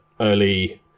early